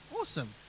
Awesome